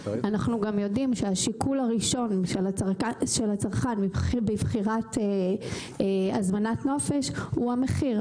אנחנו גם יודעים שהשיקול הראשון של הצרכן בבחירת הזמנת נופש הוא המחיר,